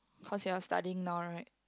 cause you all studying now right